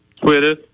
Twitter